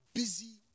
busy